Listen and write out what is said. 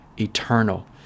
eternal